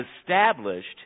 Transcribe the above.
established